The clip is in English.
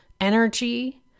energy